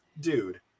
Dude